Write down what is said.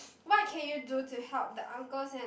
what can you do to help the uncles and